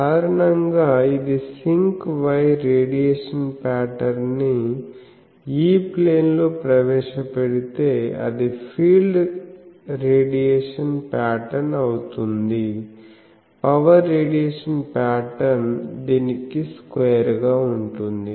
సాధారణంగా ఇది sinc Y radiation pattern ని E ప్లేన్ లో ప్రవేశపెడితే అది ఫీల్డ్ రేడియేషన్ ప్యాటర్న్ అవుతుంది పవర్ రేడియేషన్ ప్యాటర్న్ దీనికి స్క్వేర్ గా ఉంటుంది